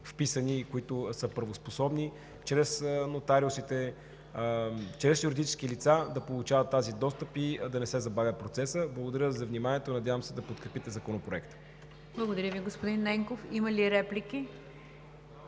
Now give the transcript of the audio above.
вписани и са правоспособни, чрез нотариусите, чрез юридически лица да получават достъп и да не се забавя процесът. Благодаря за вниманието. Надявам се да подкрепите Законопроекта. ПРЕДСЕДАТЕЛ НИГЯР ДЖАФЕР: Благодаря Ви, господин Ненков. Има ли реплики?